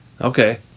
Okay